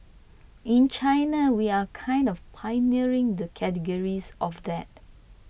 in China we are kind of pioneering the categories of that